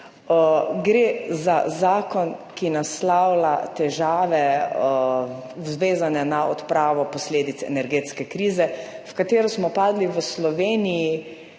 Gre za zakon, ki naslavlja težave, vezane na odpravo posledic energetske krize, v katero smo padli v Sloveniji,